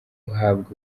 guhabwa